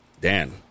Dan